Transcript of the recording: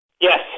Yes